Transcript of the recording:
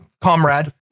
comrade